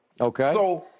Okay